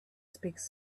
speaks